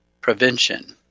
prevention